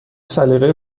سلیقه